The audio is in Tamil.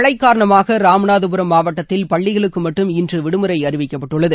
மழை காரணமாக ராமநாதபுரம் மாவட்டத்தில் பள்ளிகளுக்கு மட்டும் இன்று விடுமுறை அறிவிக்கப்பட்டுள்ளது